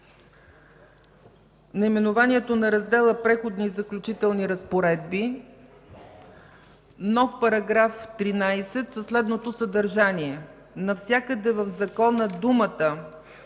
наименованието на Раздела „Преходни и заключителни разпоредби”, нов § 13 със следното съдържание: